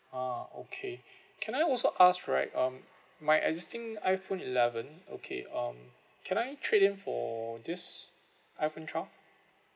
ah okay can I also ask right um my existing iPhone eleven okay um can I trade in for this iPhone twelve